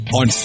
on